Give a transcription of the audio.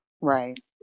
Right